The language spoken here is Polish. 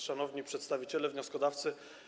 Szanowni Przedstawiciele Wnioskodawcy!